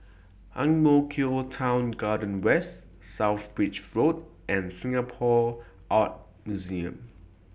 Ang Mo Kio Town Garden West South Bridge Road and Singapore Art Museum